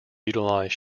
utilize